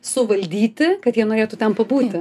suvaldyti kad jie norėtų ten pabūti